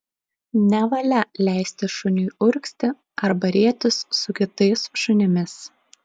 nevalia leisti šuniui urgzti arba rietis su kitais šunimis